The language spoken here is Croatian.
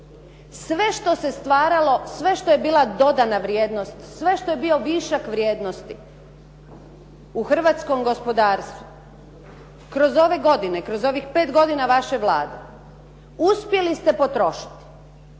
Sve što se stvaralo, sve što je bila dodana vrijednost, sve što je bio višak vrijednosti u hrvatskom gospodarstvu kroz ove godine, kroz ovih 5 godina vaše Vlade, uspjeli ste potrošiti.